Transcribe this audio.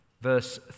verse